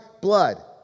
blood